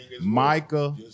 Micah